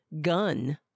gun